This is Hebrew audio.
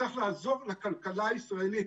צריך לעזור לכלכלה הישראלית.